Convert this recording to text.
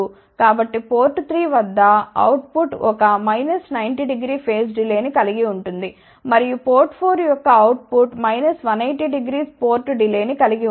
కాబట్టి పోర్ట్ 3 వద్ద output ఒక 900 ఫేస్ డిలే ని కలిగి ఉంటుంది మరియు పోర్ట్ 4 యొక్క అవుట్ పుట్ 1800 పోర్ట్ డిలే ని కలిగి ఉంటుంది